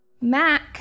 Mac